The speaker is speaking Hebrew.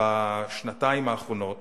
בשנתיים האחרונות